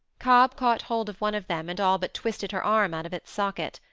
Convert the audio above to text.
cobb caught hold of one of them and all but twisted her arm out of its socket.